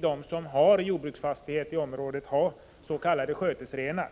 De som hade jordbruksfastighet i området fick också ha s.k. skötesrenar.